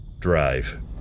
Drive